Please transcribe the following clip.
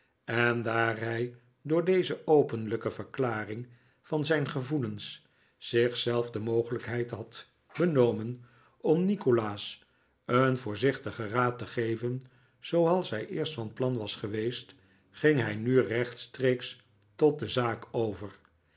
en daar hij door deze openlijke verklaring van zijn gevoelens zich zelf de mogelijkheid had benomen om nikolaas een voorzichtigen raad te geven zooals hij eerst van plan was geweest ging hij nu rechtstreeks tot de zaak over